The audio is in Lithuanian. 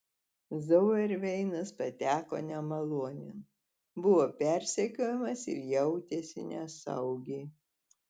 zauerveinas pateko nemalonėn buvo persekiojamas ir jautėsi nesaugiai